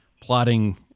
plotting